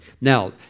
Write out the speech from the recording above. Now